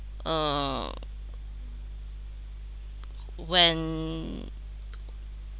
uh when